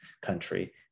country